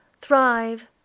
Thrive